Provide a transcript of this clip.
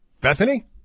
Bethany